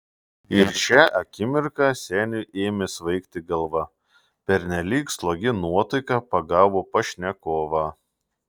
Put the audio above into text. ir šią akimirką seniui ėmė svaigti galva pernelyg slogi nuotaika pagavo pašnekovą